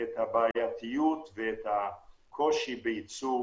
את הבעייתיות ואת הקושי בייצור